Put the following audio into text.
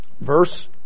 Verse